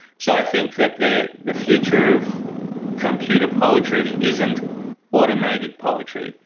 so i think that the the future of computer poetry isn't automated poetry,